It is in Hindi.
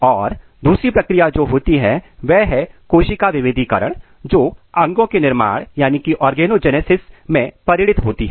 और दूसरी प्रक्रिया जो होती है वह है कोशिका विभेदीकरण जो अंगों के निर्माण ऑर्गनोजेनेसिस में परिणित होती है